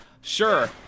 Sure